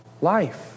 life